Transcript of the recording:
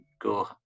go